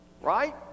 right